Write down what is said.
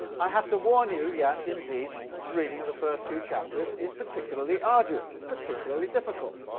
i have to warn you, yeah, indeed the reading of the first few chapters is particularly arduous. it's particularly difficult.